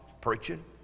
Preaching